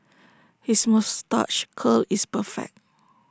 his moustache curl is perfect